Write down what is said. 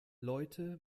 leute